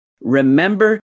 Remember